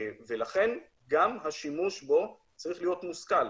לכן גם השימוש בו צריך להיות מושכל.